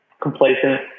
complacent